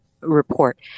report